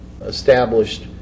established